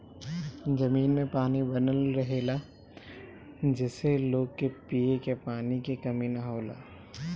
जमीन में पानी बनल रहेला जेसे लोग के पिए के पानी के कमी ना होला